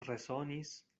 resonis